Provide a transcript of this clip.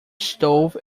stove